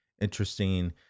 interesting